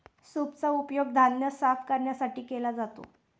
सूपचा उपयोग धान्य साफ करण्यासाठी केला जातो